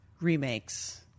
remakes